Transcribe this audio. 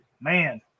Man